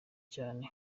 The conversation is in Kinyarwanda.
cyane